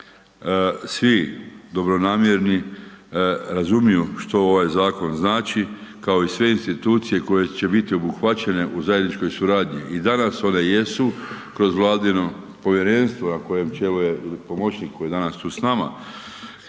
svi dobronamjerni razumiju što ovaj zakon znači, kao i sve institucije koje će biti obuhvaćene u zajedničkoj suradnji i danas one jesu kroz Vladino povjerenstvo, na kojem čelu je i pomoćnik koji je danas tu s nama,